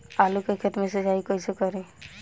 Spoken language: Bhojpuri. आलू के खेत मे सिचाई कइसे करीं?